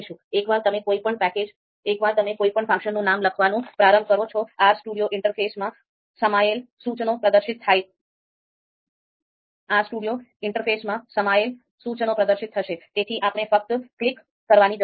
એકવાર તમે કોઈપણ ફંક્શનનું નામ લખવાનું પ્રારંભ કરો છો R Studio ઇન્ટરફેસમાં સમાયેલ સૂચનો પ્રદર્શિત થશે